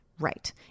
Right